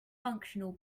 functional